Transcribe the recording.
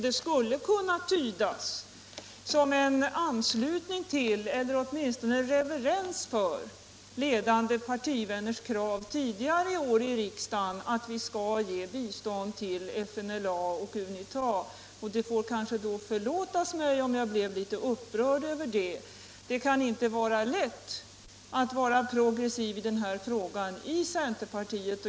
Det skulle kunna tydas som en anslutning till eller åtminstone en reverens för ledande partivänners krav tidigare i våras i riksdagen på att vi skall ge bistånd till FNLA och UNITA, och det får kanske då förlåtas mig, om jag blev litet upprörd över det. Det kan inte vara lätt att vara progressiv i den här frågan i centerpartiet!